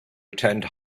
attend